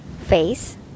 face